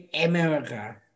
America